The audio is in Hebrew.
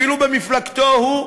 אפילו במפלגתו שלו,